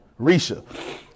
Risha